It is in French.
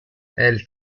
elle